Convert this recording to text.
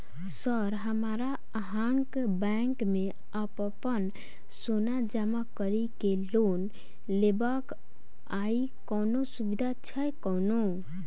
Sir हमरा अहाँक bank मे अप्पन सोना जमा करि केँ लोन लेबाक अई कोनो सुविधा छैय कोनो?